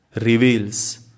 reveals